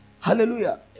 Hallelujah